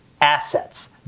assets